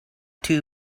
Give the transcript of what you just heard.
too